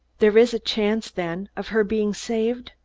there is a chance, then, of her being saved?